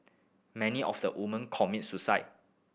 many of the women commit suicide